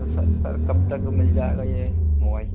तो sir sir कब तक मिल जाएगा ये मोबाइल